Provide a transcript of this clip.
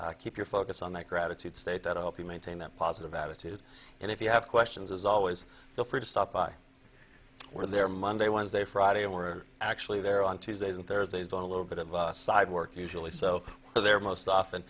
keep your focus on that gratitude state that help you maintain that positive attitude and if you have questions as always so free to stop by we're there monday wednesday friday and we're actually there on tuesdays and thursdays on a little bit of a side work usually so they're most often